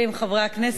חברי הכנסת,